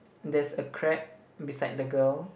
there's a crab beside the girl